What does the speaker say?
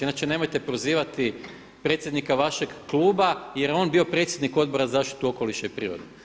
Inače nemojte prozivati predsjednika vašeg kluba, jer je on bio predsjednik Odbora za zaštitu okoliša i prirode.